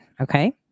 okay